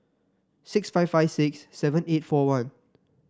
six five five six seven eight four one